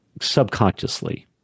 subconsciously